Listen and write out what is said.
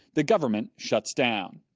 the government shuts down